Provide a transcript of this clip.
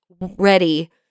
ready